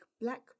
black